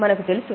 మనకు తెలుసు